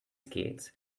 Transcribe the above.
skates